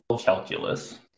calculus